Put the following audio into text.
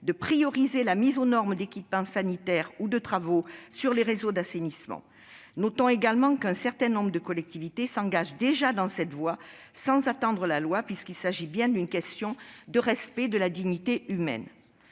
de prioriser la mise aux normes des équipements sanitaires ou des travaux sur les réseaux d'assainissement. Notons également qu'un certain nombre de collectivités s'engagent déjà dans cette voie sans attendre la loi, puisqu'il s'agit bien d'une question de respect de la dignité humaine.